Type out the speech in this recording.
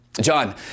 John